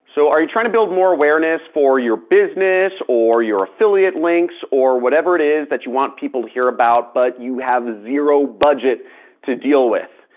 so, are you trying to build more awareness for your business or your affiliate links or whatever it is that you want people to hear about but you have zero budget to deal with?